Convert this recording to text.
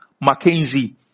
Mackenzie